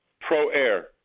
Pro-Air